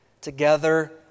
together